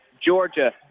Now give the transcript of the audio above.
Georgia